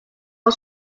are